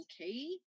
okay